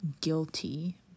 guilty